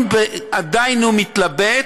אם עדיין הוא מתלבט,